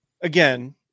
again